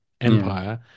empire